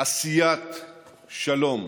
"עשיית שלום".